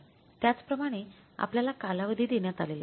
त्याच प्रमाणे आपल्याला कालावधी देण्यात आलेला आहे